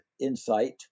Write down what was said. insight